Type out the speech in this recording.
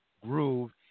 groove